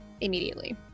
Immediately